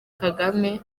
kagame